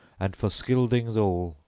and for scyldings all,